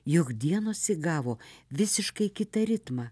juk dienos įgavo visiškai kitą ritmą